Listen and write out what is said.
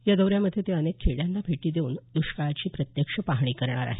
या दौऱ्यामध्ये ते अनेक खेड्यांना भेटी देऊन दुष्काळाची प्रत्यक्ष पाहणी करणार आहेत